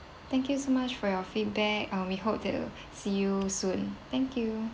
thank you so much for your feedback uh we hope to see you soon thank you